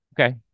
Okay